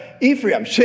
Ephraim